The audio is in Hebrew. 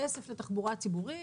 כסף לתחבורה ציבורית,